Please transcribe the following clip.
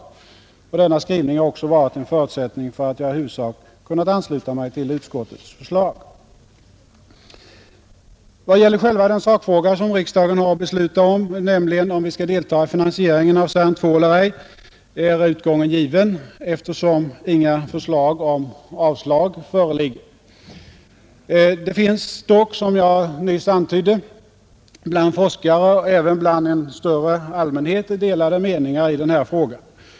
Denna skrivning har också varit en förutsättning för att jag i huvudsak kunnat ansluta mig till utskottets förslag. Vad gäller den sakfråga som riksdagen nu har att besluta om, nämligen om vi skall deltaga i finansieringen av CERN II eller ej, är utgången given eftersom inga förslag om avslag föreligger. Det finns dock, som jag nyss antydde, bland forskare och även bland en större allmänhet delade meningar i den här frågan.